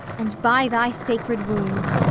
and by thy sacred wounds,